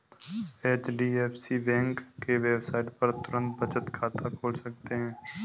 HDFC bank के website पर तुरंत बचत खाता खोल सकते है